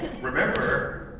remember